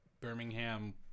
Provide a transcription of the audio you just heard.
Birmingham